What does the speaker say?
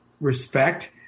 respect